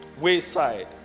wayside